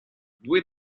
due